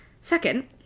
Second